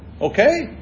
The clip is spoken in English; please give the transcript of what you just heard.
Okay